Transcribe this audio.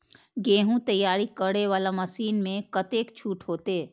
गेहूं तैयारी करे वाला मशीन में कतेक छूट होते?